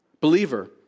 Believer